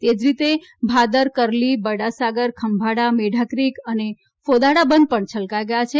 તે જ રીતે ભાદર કર્લી બરડાસાગર ખંભાળા મેઢાકીક અને ફોદાળા બંધ પણ છલકાઈ ગયા છે